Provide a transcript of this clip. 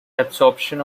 absorption